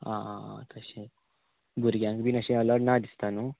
आं आं आं तशें भुरग्यांक बीन अशें अलावड ना दिसता न्हू